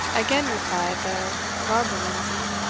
again replied the gaberlunzie.